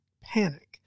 panic